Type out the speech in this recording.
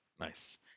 Nice